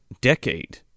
decade